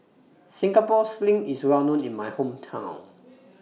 Singapore Sling IS Well known in My Hometown